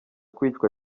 kwicwa